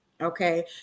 Okay